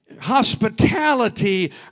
hospitality